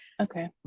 okay